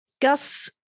Gus